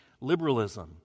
liberalism